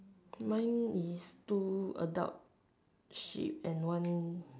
mine is two adult sheep and one